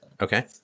okay